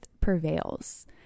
Prevails